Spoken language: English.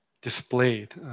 displayed